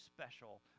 special